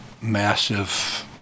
massive